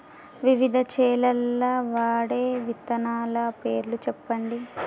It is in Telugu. వివిధ చేలల్ల వాడే విత్తనాల పేర్లు చెప్పండి?